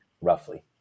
roughly